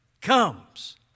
comes